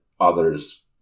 others